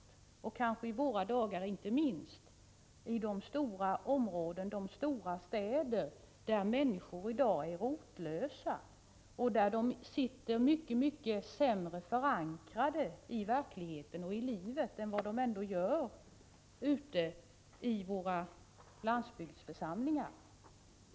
I våra dagar är den inte minst viktig i de stora städer där människor är rotlösa och mycket sämre förankrade i verkligheten och i livet än människorna ute i våra landsbygdsförsamlingar.